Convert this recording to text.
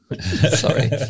sorry